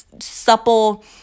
supple